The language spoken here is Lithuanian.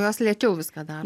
jos lėčiau viską daro